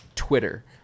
twitter